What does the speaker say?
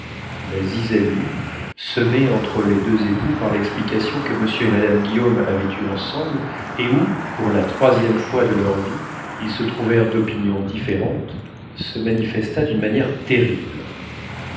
la zizanie semée entre les deux époux par l'explication que monsieur et madame guillaume avaient eue ensemble et où pour la troisième fois de leur vie ils se trouvèrent d'opinions différentes se manifesta d'une manière terrible